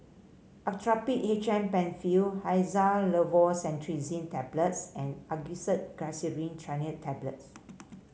Actrapid H M Penfill Xyzal Levocetirizine Tablets and Angised Glyceryl Trinitrate Tablets